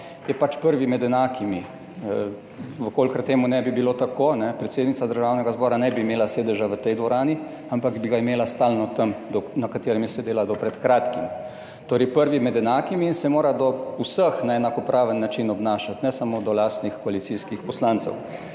je pač prvi med enakimi, če ne bi bilo tako, predsednica Državnega zbora ne bi imela sedeža v tej dvorani, ampak bi ga imela stalno tam, na katerem je sedela do pred kratkim, torej prvi med enakimi in se mora do vseh obnašati na enakopraven način, ne samo do lastnih koalicijskih poslancev.